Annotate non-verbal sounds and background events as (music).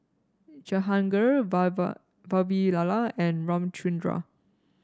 Jehangirr (unintelligible) Vavilala and Ramchundra